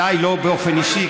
לא עליי באופן אישי,